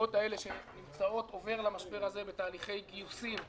החברות האלה נמצאות במשבר הזה בתהליכי גיוסים נתקעו.